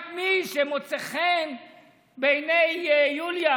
רק מי שמוצא חן בעיני יוליה.